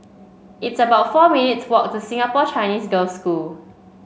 it's about four minutes' walk to Singapore Chinese Girls' School